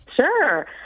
Sure